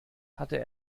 hatte